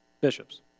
Bishops